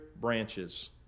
branches